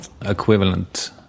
equivalent